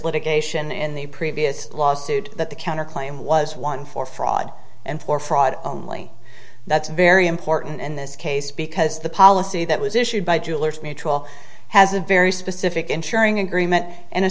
litigation in the previous lawsuit that the counter claim was one for fraud and for fraud that's very important in this case because the policy that was issued by jewelers mutual has a very specific insuring agreement and it